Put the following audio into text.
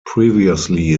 previously